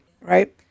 right